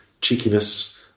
cheekiness